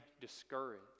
discouraged